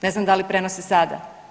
Ne znam da li prenose sada?